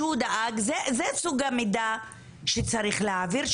זה סוג המידע שצריך להעביר,